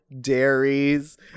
dairies